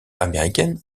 américaine